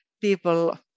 people